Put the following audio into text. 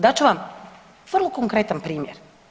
Dat ću vam vrlo konkretan primjer.